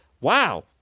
wow